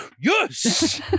yes